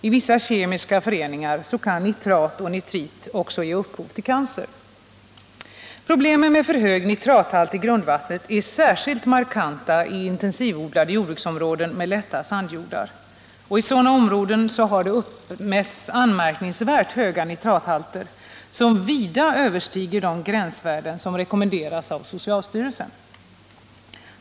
I vissa kemiska föreningar kan nitrat och nitrit också ge upphov till cancer. Problemen med för hög nitrathalt i grundvattnet är särskilt markanta i intensivodlade jordbruksområden med lätta sandjordar. I sådana områden har uppmätts anmärkningsvärt höga nitrathalter, som vida överstiger de gränsvärden som rekommenderas av socialstyrelsen.